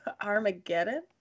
Armageddon